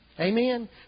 Amen